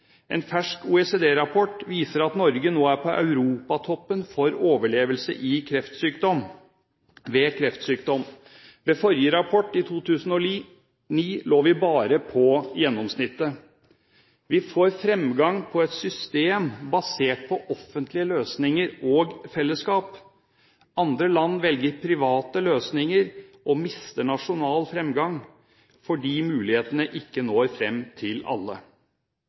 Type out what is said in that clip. En fersk OECD-rapport viser at Norge nå er på europatoppen for overlevelse ved kreftsykdom. Ved forrige rapport, i 2009, lå vi bare på gjennomsnittet. Vi får framgang med et system basert på offentlige løsninger og fellesskap. Andre land velger private løsninger og mister nasjonal framgang fordi mulighetene ikke når fram til alle.